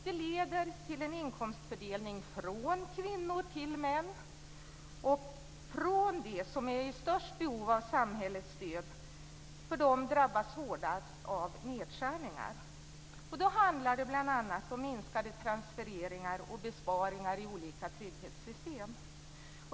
Det leder till en inkomstfördelning från kvinnor till män och från dem som är i störst behov av samhällets stöd, för de drabbas hårdast av nedskärningar. Det handlar bl.a. om minskade transfereringar och besparingar i olika trygghetssystem.